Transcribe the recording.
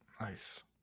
nice